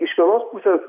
iš vienos pusės